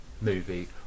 movie